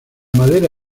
madera